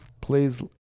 please